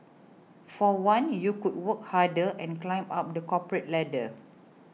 for one you could work harder and climb up the corporate ladder